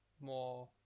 more